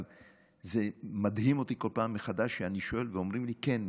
אבל זה מדהים אותי כל פעם מחדש כשאני שואל ואומרים לי: כן,